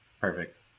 perfect